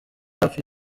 hafi